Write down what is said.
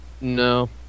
no